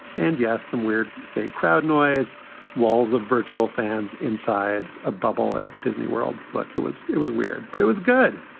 and yes, some weird fake crowd noise walls of virtual fans inside a bubble at disney world like it was. it was weird, but it was good.